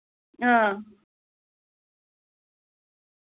हां